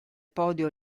podio